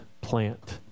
plant